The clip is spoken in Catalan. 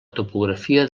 topografia